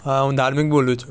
હા હું ધાર્મિક બોલું છું